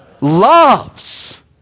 loves